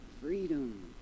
freedom